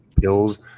pills